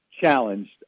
challenged